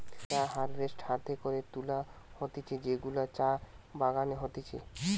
চা হারভেস্ট হাতে করে তুলা হতিছে যেগুলা চা বাগানে হতিছে